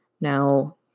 Now